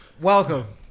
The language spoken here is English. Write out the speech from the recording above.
Welcome